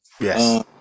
Yes